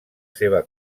seva